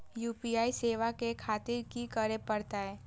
UPI सेवा ले खातिर की करे परते?